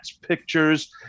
pictures